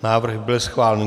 Návrh byl schválen.